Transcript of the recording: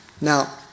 Now